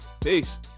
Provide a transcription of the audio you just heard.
peace